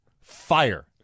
Fire